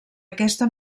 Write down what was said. aquesta